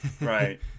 right